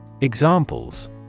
Examples